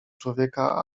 człowieka